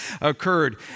occurred